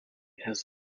has